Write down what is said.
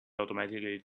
automatically